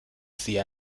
sie